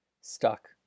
stuck